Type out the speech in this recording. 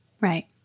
Right